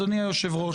אדוני היושב ראש,